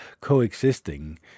coexisting